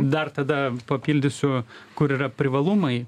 dar tada papildysiu kur yra privalumai